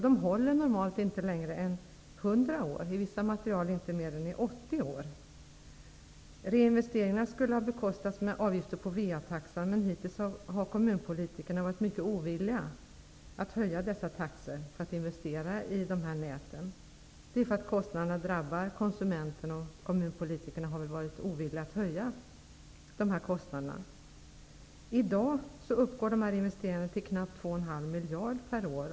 De håller normalt inte längre än i hundra år. När det gäller vissa material håller de inte längre än i åttio år. Reinvesteringarna skulle ha bekostats med avgifter på VA-taxan, men hittills har kommunpolitikerna varit mycket ovilliga att höja dessa taxor för att investera i de här näten. Anledningen är att kostnaderna drabbar konsumenterna. Kommunpolitikerna har därför varit ovilliga att höja dessa kostnader. I dag uppgår investeringarna till knappt 2,5 miljarder per år.